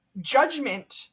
judgment